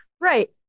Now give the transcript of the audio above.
Right